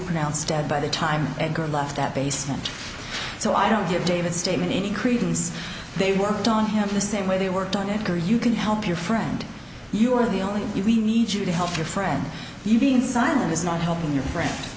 pronounced dead by the time edgar left that basement so i don't give david statement any credence they worked on him the same way they worked on it because you can help your friend you are the only you we need you to help your friend you being silent is not helping your friend